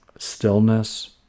stillness